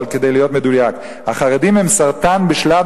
אבל כדי להיות מדויק: "החרדים הם סרטן בשלב